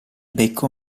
becco